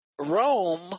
Rome